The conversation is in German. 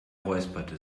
räusperte